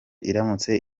iramutse